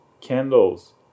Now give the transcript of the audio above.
candles